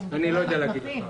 אני לא יודע להגיד לך.